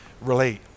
relate